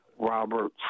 Robert